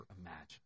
imagine